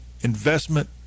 investment